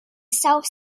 south